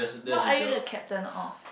what are you the captain of